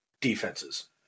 defenses